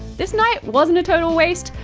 this night wasn't a total waste,